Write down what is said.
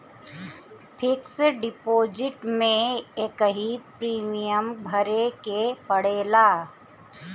fix deposit में एकही premium भरे के पड़ेला